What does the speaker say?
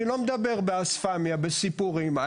אני לא מדבר באספמיה, בסיפורים.